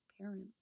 parent